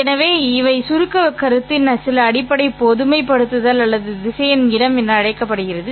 எனவே இவை சுருக்கக் கருத்தின் சில அடிப்படை பொதுமைப்படுத்தல் அல்லது திசையன் இடம் என அழைக்கப்படுகின்றன